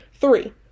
Three